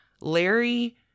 Larry